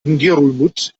ngerulmud